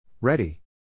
Ready